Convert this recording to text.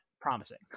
promising